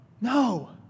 no